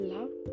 Love